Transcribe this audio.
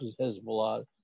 Hezbollah